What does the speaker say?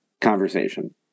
conversation